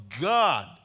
God